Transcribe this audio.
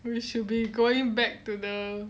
we should be going back to the